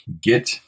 get